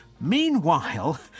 meanwhile